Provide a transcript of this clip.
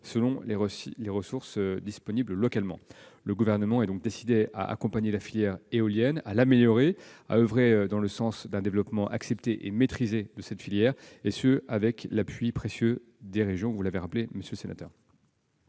selon les ressources disponibles localement. Le Gouvernement est décidé à accompagner la filière éolienne, à l'améliorer, à oeuvrer dans le sens d'un développement accepté et maîtrisé de ce secteur, et ce avec l'appui précieux des régions. La parole est à M. Antoine